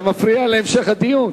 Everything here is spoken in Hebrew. זה מפריע להמשך הדיון.